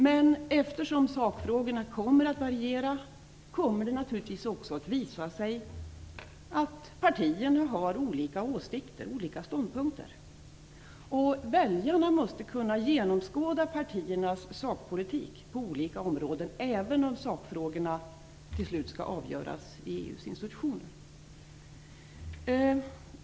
Men eftersom sakfrågorna kommer att variera kommer det naturligtvis också att visa sig att partierna har olika åsikter och olika ståndpunkter. Väljarna måste kunna genomskåda partiernas sakpolitik på olika områden även om sakfrågorna till slut skall avgöras i EU:s institutioner.